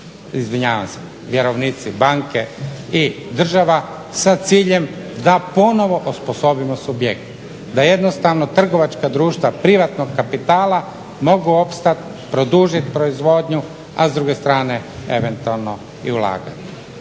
izvinjavam se vjerovnici banke i država sa ciljem da ponovno osposobimo subjekte. Da jednostavno trgovačka društva privatnog kapitala mogu opstati, produžiti proizvodnju, a s druge strane eventualno i ulaganje.